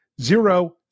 zero